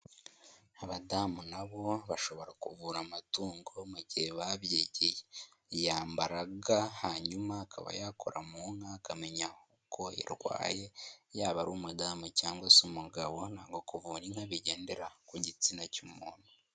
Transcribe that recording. Abadamu na bo bashobora kuvura amatungo mu gihe babyigiye, yambara ga hanyuma akaba yakora mu nka akamenya ko irwaye, yaba ari umudamu cyangwa se umugabo ntabwo kuvura inka bigendera ku gitsina cy'umuntu.